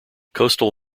coastal